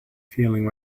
feeling